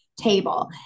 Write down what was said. table